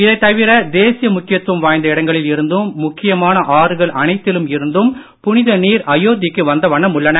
இதைத் தவிர தேசிய முக்கியத்துவம் வாய்ந்த இடங்களில் இருந்தும் முக்கியமான ஆறுகள் அனைத்திலும் இருந்தும் புனித நீர் அயோத்திக்கு வந்த வண்ணம் உள்ளன